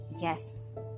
Yes